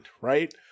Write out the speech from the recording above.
right